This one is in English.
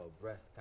breast